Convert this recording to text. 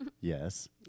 Yes